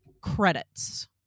credits